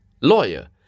lawyer